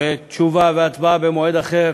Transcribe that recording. שתשובה והצבעה במועד אחר,